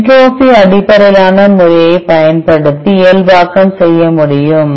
entropy அடிப்படையிலான முறையைப் பயன்படுத்தி இயல்பாக்கம் செய்யமுடியும்